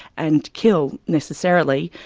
and kill necessarily,